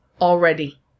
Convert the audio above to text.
already